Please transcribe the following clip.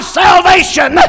salvation